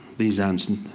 these ants, and